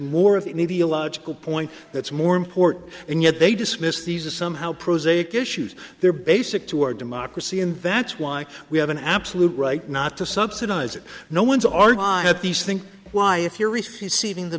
more of it may be a logical point that's more important and yet they dismiss these are somehow prosaic issues they're basic to our democracy and that's why we have an absolute right not to subsidize it no ones are violent these think why if you're receiving the